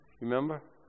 Remember